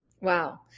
Wow